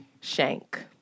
Shank